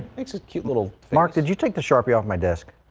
it's a cute little mark did you take the sharpie on my desk.